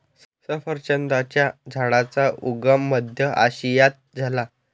सफरचंदाच्या झाडाचा उगम मध्य आशियात झाला